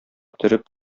төреп